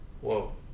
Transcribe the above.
Whoa